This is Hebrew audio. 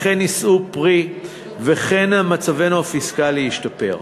אכן יישאו פרי ואכן מצבנו הפיסקלי ישתפר.